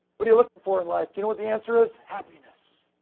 what do you looking for in life? you know what the answer is happiness.